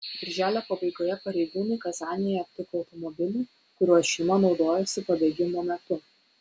birželio pabaigoje pareigūnai kazanėje aptiko automobilį kuriuo šeima naudojosi pabėgimo metu